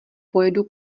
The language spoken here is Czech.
pojedu